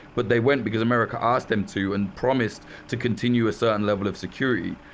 but they went because america asked them to and promised to continue a certain level of security,